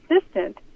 assistant